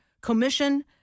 commission